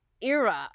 era